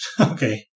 Okay